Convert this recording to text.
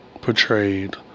portrayed